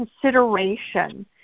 consideration